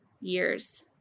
years